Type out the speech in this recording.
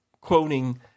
quoting